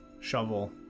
shovel